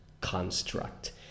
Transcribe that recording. construct